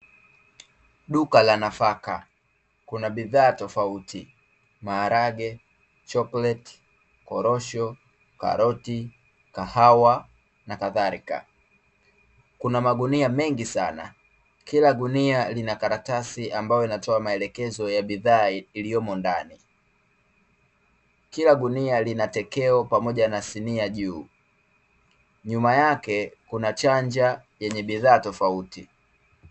duka la nafaka kuna bidhaa tofauti marage, chokolete ,korosho ,karoti, kahawa naakadhalika kuna magunia mengi sana ,kila gunia linakaratasi inayotoa maelekezo ya bidhaa iliyomo ndani ,kila gunia linatekeo na sinia juu nyuma yake kuna chanja yenye bidhaa tofauti